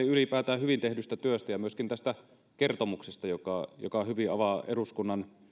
ylipäätään hyvin tehdystä työstä ja myöskin tästä kertomuksesta joka hyvin avaa eduskunnan